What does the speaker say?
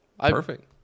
Perfect